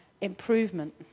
improvement